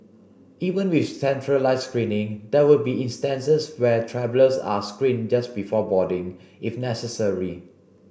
even with centralised screening there will be instances where travellers are screened just before boarding if necessary